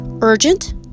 urgent